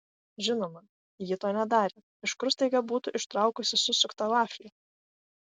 žinoma ji to nedarė iš kur staiga būtų ištraukusi susuktą vaflį